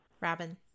Robin